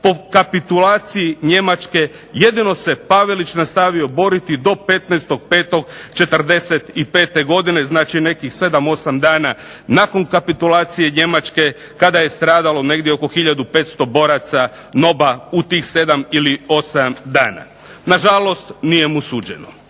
Po kapitulaciji Njemačke jedino se Pavelić nastavio boriti do 15.5.'45. godine, znači nekih sedam, osam dana nakon kapitulacije Njemačke kada je stradalo negdje oko 1500 boraca NOB-a u tih sedam ili osam dana. Nažalost, nije mu suđeno.